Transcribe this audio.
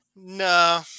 No